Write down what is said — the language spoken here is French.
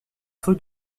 feu